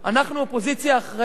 אנחנו אופוזיציה אחראית,